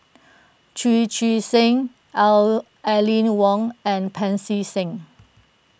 Chu Chee Seng O Aline Wong and Pancy Seng